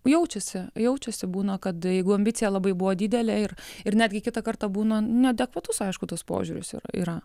jaučiasi jaučiasi būna kad jeigu ambicija labai buvo didelė ir ir netgi kitą kartą būna neadekvatus aišku tas požiūris yra